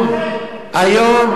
היום,